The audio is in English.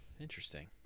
Interesting